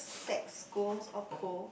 sex schools or co